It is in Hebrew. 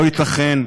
לא ייתכן.